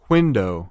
Window